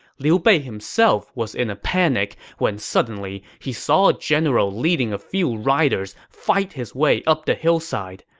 liu bei himself was in a panic when suddenly, he saw a general leading a few riders fight his way up the hillside.